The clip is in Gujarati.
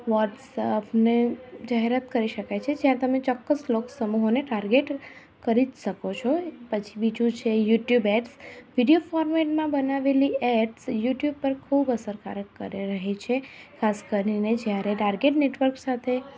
વ્હોટ્સઅપને જાહેરાત કરી શકાય છે જ્યાં તમે ચોક્કસ સમૂહોને ટાર્ગેટ કરી જ શકો છો પછી બીજું છે યુટ્યુબ એપ વિડીયો ફોર્મેટમાં બનાવેલી એપ યુટ્યુબ પર ખૂબ અસરકારક કરી રહી છે ખાસ કરીને જ્યારે ટાર્ગેટ નેટવર્ક સાથે